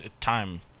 time